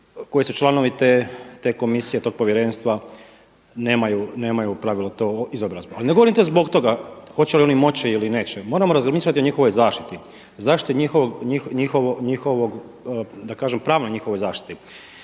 koji su članovi te komisije, tog povjerenstva nemaju u pravilu tu izobrazbu. Ne govorim to zbog toga hoće li oni moći ili neće. Moramo razmišljati o njihovoj zaštiti, zaštiti njihovog, da kažem pravnoj njihovoj zaštiti.